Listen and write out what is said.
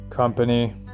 company